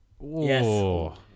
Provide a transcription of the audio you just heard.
Yes